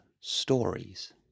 stories